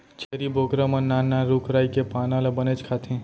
छेरी बोकरा मन नान नान रूख राई के पाना ल बनेच खाथें